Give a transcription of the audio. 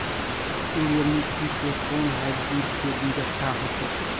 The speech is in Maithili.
सूर्यमुखी के कोन हाइब्रिड के बीज अच्छा होते?